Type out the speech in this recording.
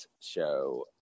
show